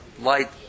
light